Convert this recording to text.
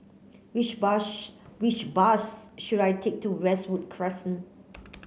which bush which bus should I take to Westwood Crescent